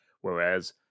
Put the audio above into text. whereas